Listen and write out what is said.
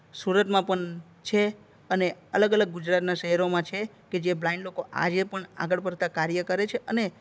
સુરતમાં પણ છે અને અલગ અલગ ગુજરાતનાં શહેરોમાં છે કે જે બ્લાઇન્ડ લોકો આજે પણ આગળ પડતાં કાર્ય કરે છે અને